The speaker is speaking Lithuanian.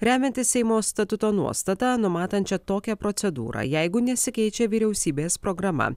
remiantis seimo statuto nuostata numatančia tokią procedūrą jeigu nesikeičia vyriausybės programa